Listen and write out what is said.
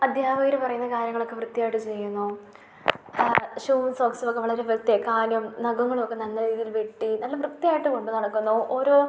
അദ്ധ്യാപകർ പറയുന്ന കാര്യങ്ങളൊക്കെ വൃത്തിയായിട്ട് ചെയ്യുന്നു ഷൂവും സോക്സും ഒക്കെ വളരെ വൃത്തിയായി കാലും നഖങ്ങളും ഒക്കെ നല്ല രീതിയിൽ വെട്ടി നല്ല വൃത്തിയായിട്ട് കൊണ്ട് നടക്കുന്നു ഓരോ